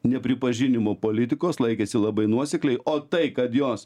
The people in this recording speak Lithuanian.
nepripažinimo politikos laikėsi labai nuosekliai o tai kad jos